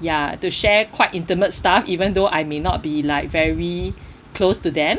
ya to share quite intimate stuff even though I may not be like very close to them